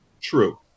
true